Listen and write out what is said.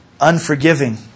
unforgiving